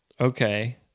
Okay